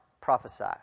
prophesy